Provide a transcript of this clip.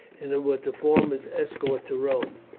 and who were to form his escort to rome.